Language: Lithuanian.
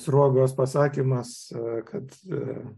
sruogos pasakymas kad